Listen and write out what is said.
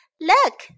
Look